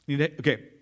Okay